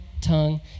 tongue